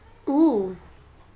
oo